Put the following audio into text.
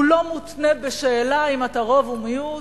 הוא לא מותנה בשאלה אם אתה רוב או מיעוט,